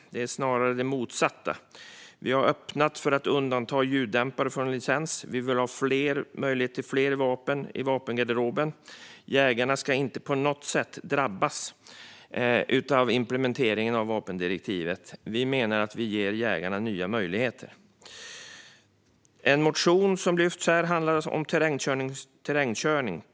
Det är snarare det motsatta: Vi har öppnat för att undanta ljuddämpare från licens. Vi vill ha möjlighet att ha fler vapen i vapengarderoben. Jägarna ska inte på något sätt drabbas av implementeringen av vapendirektivet. Vi menar att vi ger jägarna nya möjligheter. En motion som behandlas handlar om terrängkörning.